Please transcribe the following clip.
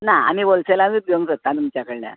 ना आमी होलसेलानूच घेवंक सोदतां तुमच्या कडल्यान